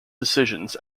decisions